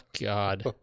God